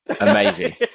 amazing